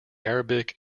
arabic